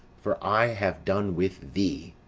for i have done with thee.